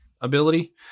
ability